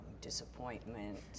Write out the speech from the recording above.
disappointment